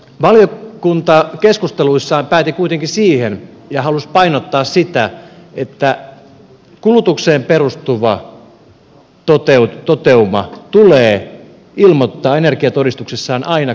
valiokunta keskusteluissaan päätyi kuitenkin siihen ja halusi painottaa sitä että kulutukseen perustuva toteuma tulee ilmoittaa energiatodistuksessa aina kun se on mahdollista